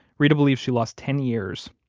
reta believes she lost ten years,